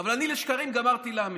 אבל אני לשקרים גמרתי להאמין.